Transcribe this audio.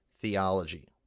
theology